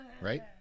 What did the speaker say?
right